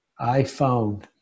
iPhone